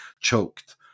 choked